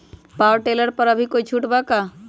Power tiller पर अभी कोई छुट बा का?